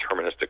deterministic